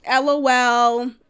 LOL